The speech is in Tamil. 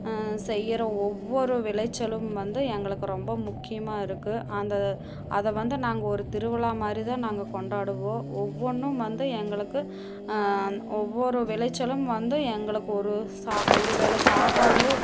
செய்யற ஒவ்வொரு விளைச்சலும் வந்து எங்களுக்கு ரொம்ப முக்கியமாக இருக்கு அந்த அதை வந்து நாங்கள் ஒரு திருவிழா மாதிரி தான் நாங்கள் கொண்டாடுவோம் ஒவ்வொன்றும் வந்து எங்களுக்கு ஒவ்வொரு விளைச்சலும் வந்து எங்களுக்கு ஒரு சா ஒரு வேள சாப்பாடு